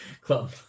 club